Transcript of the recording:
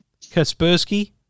Kaspersky